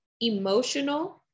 emotional